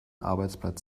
arbeitsplatz